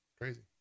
crazy